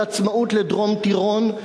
על עצמאות לדרום-טירול.